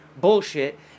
bullshit